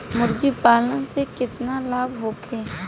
मुर्गीपालन से केतना लाभ होखे?